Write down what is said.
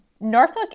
Norfolk